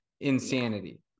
insanity